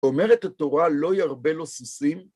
אומרת התורה לא ירבה לו סוסים?